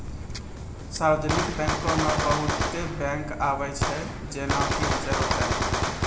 सार्वजानिक बैंको मे बहुते बैंक आबै छै जेना कि रिजर्व बैंक